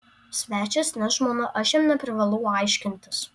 svečias ne žmona aš jam neprivalau aiškintis